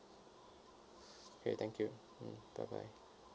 okay thank you mm bye bye